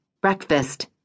Breakfast